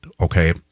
okay